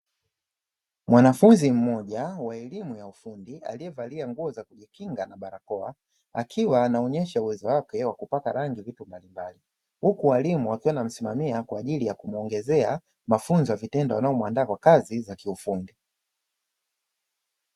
Mwanafunzi mmoja wa elimu ya ufundi aliyevalia nguoza kujikinga na barakoa, akiwa anaonesha uwezo wake wa kupaka rangi vitu mbalimbali. Huku walimu wakiwa wanamsimamia kwa ya kumuongezea mafunzo ya vitendo yanayowandaa kwa kazi za kiufundi.